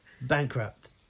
Bankrupt